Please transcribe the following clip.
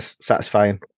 satisfying